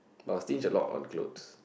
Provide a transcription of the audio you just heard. but I will stingy a lot on clothes